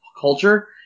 culture